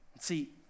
See